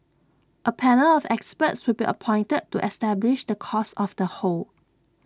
A panel of experts will be appointed to establish the cause of the hole